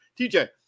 TJ